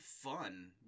fun